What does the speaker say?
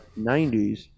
90s